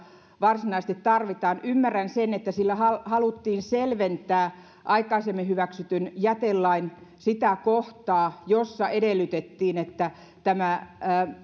varsinaisesti tarvitaan ymmärrän sen että sillä haluttiin selventää aikaisemmin hyväksytyn jätelain sitä kohtaa jossa edellytettiin että